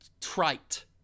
trite